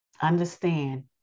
Understand